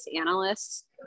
analysts